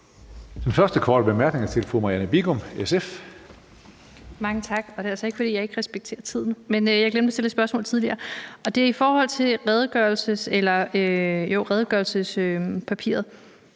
Den første korte bemærkning er til fru Marianne Bigum, SF. Kl. 20:25 Marianne Bigum (SF): Mange tak. Det er altså ikke, fordi jeg ikke respekterer tiden, men jeg glemte at stille et spørgsmål tidligere, og det er i forhold til redegørelsespapiret.